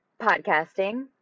podcasting